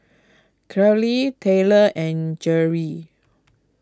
Kayli Taylor and Gerry